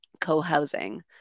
co-housing